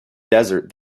desert